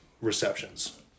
receptions